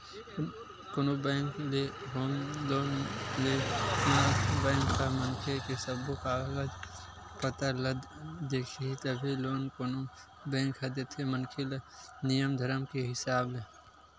कोनो बेंक ले home loan ले म बेंक ह मनखे के सब्बो कागज पतर ल देखही तभे लोन कोनो बेंक ह देथे मनखे ल नियम धरम के हिसाब ले